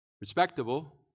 respectable